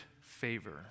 favor